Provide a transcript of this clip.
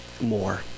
more